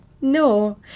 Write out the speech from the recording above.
No